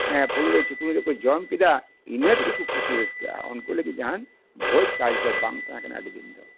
ᱯᱷᱩᱲᱩᱜ ᱨᱮ ᱪᱩᱠᱲᱩᱡ ᱨᱮᱠᱚ ᱡᱚᱠ ᱠᱮᱫᱟ ᱤᱱᱟᱹ ᱛᱮᱜᱮ ᱠᱚ ᱠᱩᱥᱤ ᱨᱟᱹᱥᱠᱟᱹᱜᱼᱟ ᱩᱱᱠᱩ ᱞᱟᱹᱜᱤᱫ ᱡᱟᱦᱟᱱ ᱵᱷᱳᱡ ᱠᱟᱡ ᱫᱚ ᱵᱟᱝ ᱛᱟᱦᱮᱸ ᱠᱟᱱᱟ ᱟᱹᱰᱤ ᱫᱤᱱ ᱫᱚ